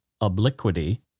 obliquity